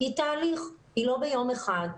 זה תהליך וזה לא ביום אחד.